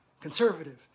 conservative